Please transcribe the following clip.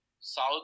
South